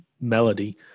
melody